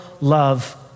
love